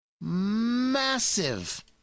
massive